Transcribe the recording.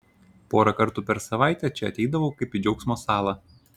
porą kartų per savaitę čia ateidavau kaip į džiaugsmo salą